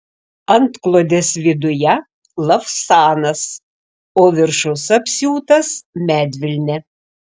antklodės viduje lavsanas o viršus apsiūtas medvilne